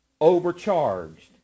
overcharged